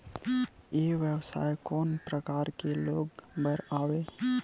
ई व्यवसाय कोन प्रकार के लोग बर आवे?